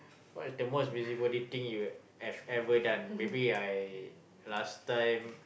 what is the most busybody thing you've ever done maybe I last time